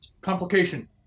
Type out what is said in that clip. Complication